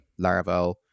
Laravel